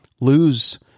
lose